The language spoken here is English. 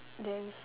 there is